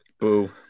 Boo